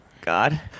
God